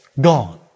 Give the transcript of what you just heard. gone